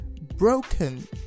broken